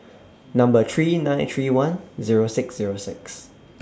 Number three nine three one Zero six Zero six